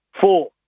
Four